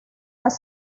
las